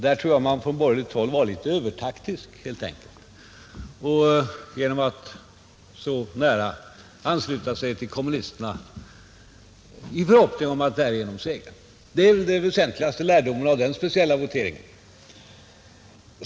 Där tror jag att man på borgerligt håll helt enkelt var litet övertaktisk genom att så nära ansluta sig till kommunisterna i förhoppningen att därigenom segra, Det är väl den väsentligaste lärdomen av den speciella voteringen.